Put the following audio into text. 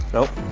nope